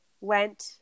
went –